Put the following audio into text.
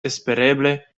espereble